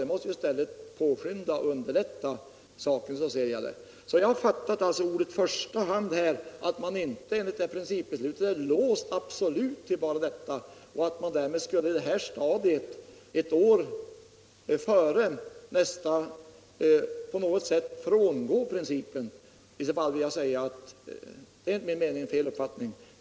Det måste, som jag ser det, i stället påskynda och underlätta utredningsarbetet. Jag har fattat orden ”i första hand” så att man inte, i och med principbeslutet, är absolut låst till alternativ 2 och inte på något sätt får frångå det alternativet. I så fall vill jag säga att det. enligt min mening, är en felaktig uppfattning.